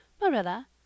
Marilla